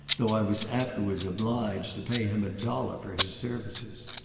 though i was afterwards obliged to pay him a dollar for his services.